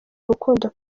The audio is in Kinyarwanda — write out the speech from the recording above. rukundo